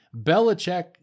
Belichick